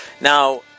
Now